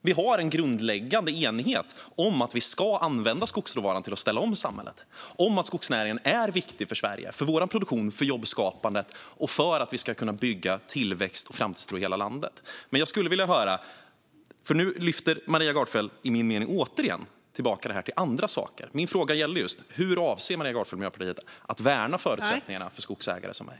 Vi har en grundläggande enighet om att skogsråvaran ska användas för att ställa om samhället och om att skogsnäringen är viktig för Sverige, för vår produktion, för jobbskapandet och för att vi ska kunna bygga tillväxt och framtidstro i hela landet. Men nu lyfter Maria Gardfjell enligt min mening tillbaka det här till andra saker. Min fråga gällde just hur Maria Gardfjell och Miljöpartiet avser att värna förutsättningarna för skogsägare som jag.